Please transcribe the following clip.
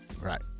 right